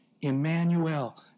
Emmanuel